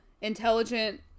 intelligent